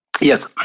yes